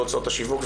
והוצאות השיווק,